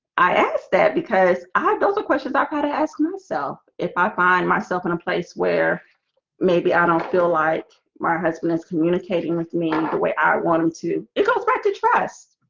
i asked that because i had other questions i've got to ask myself if i find myself in a place where maybe i don't feel like my husband is communicating with me and the way i wanted to it goes back to trust